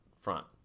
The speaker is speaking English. front